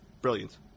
Brilliant